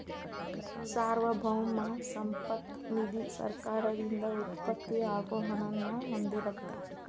ಸಾರ್ವಭೌಮ ಸಂಪತ್ತ ನಿಧಿ ಸರ್ಕಾರದಿಂದ ಉತ್ಪತ್ತಿ ಆಗೋ ಹಣನ ಹೊಂದಿರತ್ತ